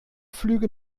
flüge